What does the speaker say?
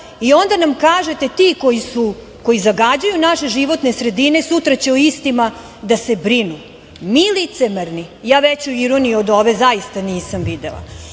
i onda nam kažete – ti koji zagađuju našu životnu sredinu sutra će o istima da se brinu. Mi licemerni? Ja veću ironiju od ove zaista nisam videla,